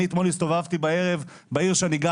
אמש הסתובבתי בנתניה,